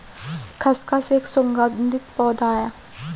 खसखस एक सुगंधित पौधा है